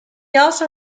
also